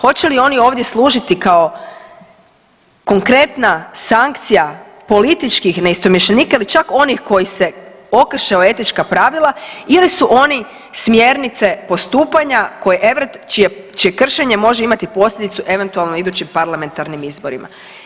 Hoće li oni ovdje služiti kao konkretna sankcija političkih neistomišljenika ili čak onih koji se okrše o etička pravila ili su oni smjernice postupanja koje, čije kršenje može imati posljedicu eventualno idućim Parlamentarnim izborima